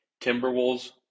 Timberwolves